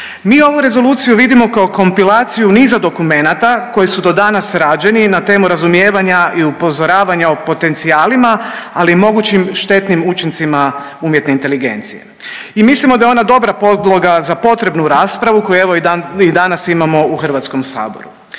Mi ovu rezoluciju vidimo kao kompilaciju niza dokumenata koji su do danas rađeni na temu razumijevanja i upozoravanja o potencijalima, ali i mogućim štetnim učincima umjetne inteligencije. I mislimo da je ona dobra podloga za potrebnu raspravu koju evo i danas imamo u Hrvatskom saboru.